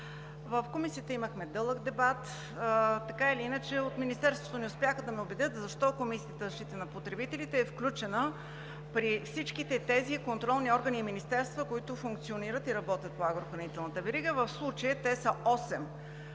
В Комисията имахме дълъг дебат. Така или иначе, от Министерството не успяха да ме убедят защо Комисията за защита на потребителите е включена при всичките тези контролни органи и министерства, които функционират и работят по агрохранителната верига. В случая те са